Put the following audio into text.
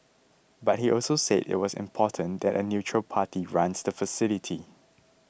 but he also said it was important that a neutral party runs the facility